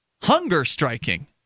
hunger-striking